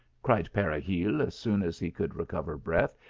cried peregil, as soon as he could recover breath.